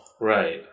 Right